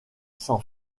s’en